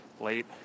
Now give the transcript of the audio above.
late